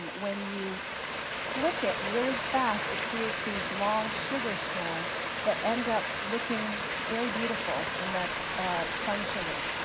when you flick it really fast, it creates these long sugar strands that end up looking very beautiful, and that's spun sugar.